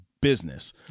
business